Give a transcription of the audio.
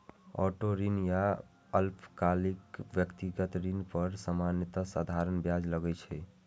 auto ऋण या अल्पकालिक व्यक्तिगत ऋण पर सामान्यतः साधारण ब्याज लागै छै